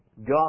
God